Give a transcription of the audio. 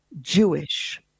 Jewish